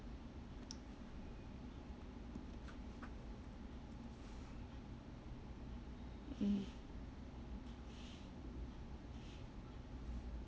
mm